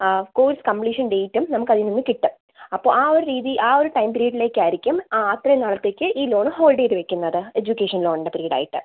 course completion ഡേറ്റും നമ്മൾക്ക് അതിൽ നിന്ന് കിട്ടും അപ്പോൾ ആ ഒരു രീതി ആ ഒരു ടൈം പീരീഡിലേക്ക് ആയിരിക്കും ആ അത്രയും നാളത്തേക്ക് ഈ ലോണ് ഹോൾഡ് ചെയ്ത് വയ്ക്കുന്നത് എഡ്യൂക്കേഷൻ ലോണിൻ്റെ പീരീഡായിട്ട്